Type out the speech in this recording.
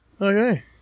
Okay